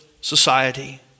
society